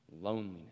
Loneliness